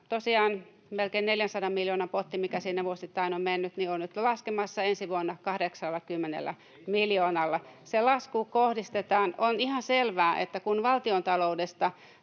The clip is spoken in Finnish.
tosiaan melkein 400 miljoonan potti, mikä sinne vuosittain on mennyt, on nyt laskemassa ensi vuonna 80 miljoonalla. [Vasemmalta: Ei se itsestään laske!] Se lasku kohdistetaan. On ihan selvää, että kun valtiontaloudesta